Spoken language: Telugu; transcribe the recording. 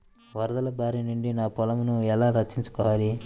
వరదల భారి నుండి నా పొలంను ఎలా రక్షించుకోవాలి?